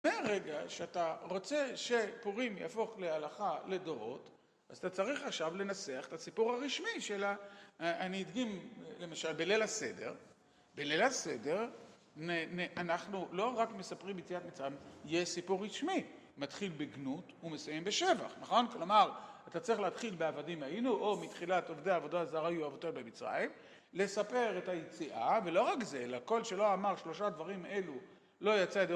ברגע שאתה רוצה שפורים יהפוך להלכה לדורות, אז צריך עכשיו לנסח את הסיפור הרשמי של ה... אני אדגים למשל בליל הסדר, בליל הסדר, אנחנו לא רק מספרים יציאת מצרים, יש סיפור רשמי, מתחיל בגנות ומסיים בשבח, נכון? כלומר, אתה צריך להתחיל בעבדים היינו או בתחילה עובדי עבודה זרה היו אבותינו במצרים, לספר את היציאה ולא רק זה, לכל שלא אמר שלושה דברים אלו לא יצא ידי...